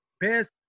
best